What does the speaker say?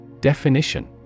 Definition